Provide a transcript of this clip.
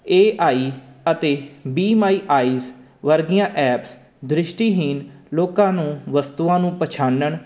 ਏ I ਅਤੇ Be My Eyes ਵਰਗੀਆਂ ਐਪਸ ਦ੍ਰਿਸ਼ਟੀਹੀਨ ਲੋਕਾਂ ਨੂੰ ਵਸਤੂਆਂ ਨੂੰ ਪਛਾਨਣ